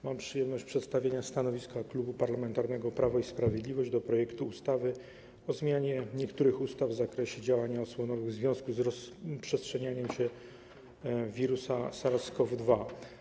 Mam przyjemność przedstawić stanowisko Klubu Parlamentarnego Prawo i Sprawiedliwość wobec projektu ustawy o zmianie niektórych ustaw w zakresie działań osłonowych w związku z rozprzestrzenianiem się wirusa SARS-CoV-2.